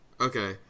Okay